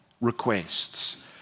requests